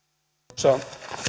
arvoisa